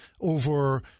over